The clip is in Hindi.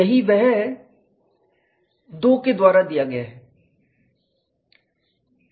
यही वह है 2 के द्वारा दिया गया है